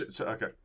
Okay